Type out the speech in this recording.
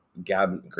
Gab